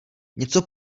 něco